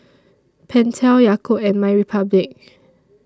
Pentel Yakult and MyRepublic